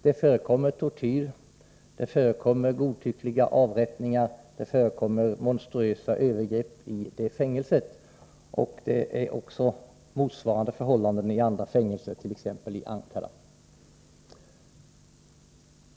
Det förekommer tortyr, godtyckliga avrättningar och monstruösa övergrepp i det fängelset, och motsvarande förhållanden råder i andra fängelser, t.ex. i Ankara.